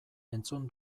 entzun